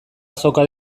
azoka